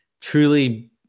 truly